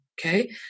Okay